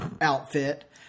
outfit